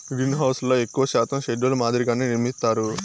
గ్రీన్హౌస్లను ఎక్కువ శాతం షెడ్ ల మాదిరిగానే నిర్మిత్తారు